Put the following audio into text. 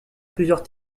plusieurs